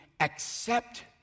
Accept